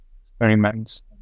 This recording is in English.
experiments